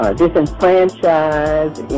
disenfranchised